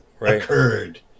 occurred